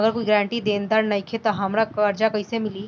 अगर कोई गारंटी देनदार नईखे त हमरा कर्जा कैसे मिली?